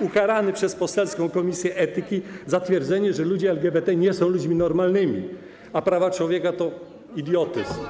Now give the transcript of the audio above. ukarany przez poselską komisję etyki za twierdzenie, że ludzie LGBT nie są ludźmi normalnymi, a prawa człowieka to idiotyzm.